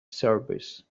service